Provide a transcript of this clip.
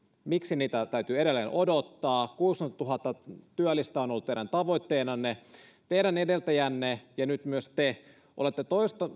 miksi niitä täytyy edelleen odottaa kuusikymmentätuhatta työllistä on ollut teidän tavoitteenanne teidän edeltäjänne ja nyt myös te olette